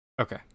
Okay